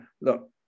look